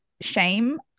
shame